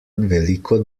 veliko